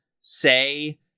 say